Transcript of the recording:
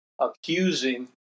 accusing